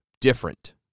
different